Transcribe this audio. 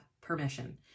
permission